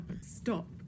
stop